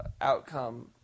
outcome